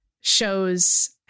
shows